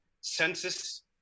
census